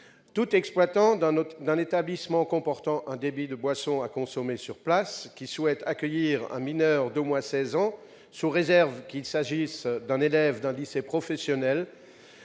Tout exploitant d'un établissement comportant un débit de boissons à consommer sur place qui souhaite accueillir un mineur de moins de seize ans, qu'il s'agisse d'un élève d'un lycée professionnel,